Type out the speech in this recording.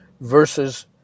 versus